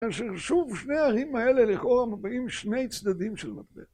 שוב שני הערים האלה לכאורה מביאים שני צדדים של מפתח.